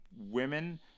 women –